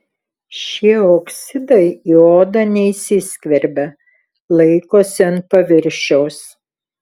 šie oksidai į odą neįsiskverbia laikosi ant paviršiaus